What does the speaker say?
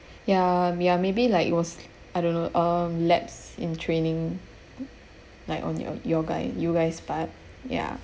ya ya maybe like it was I don't know uh lapse in training like on your your guy you guys part ya